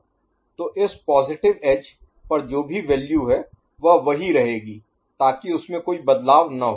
तो इस positive edge पर जो भी वैल्यू है वह वही रहेगी ताकि उसमे कोई बदलाव न हो